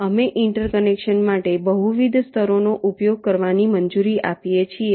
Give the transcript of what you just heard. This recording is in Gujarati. અમે ઇન્ટરકનેક્શન માટે બહુવિધ સ્તરોનો ઉપયોગ કરવાની મંજૂરી આપીએ છીએ